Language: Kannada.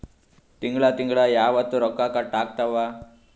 ತಿಂಗಳ ತಿಂಗ್ಳ ಯಾವತ್ತ ರೊಕ್ಕ ಕಟ್ ಆಗ್ತಾವ?